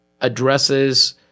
addresses